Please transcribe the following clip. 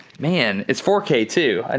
man, it's four k too. and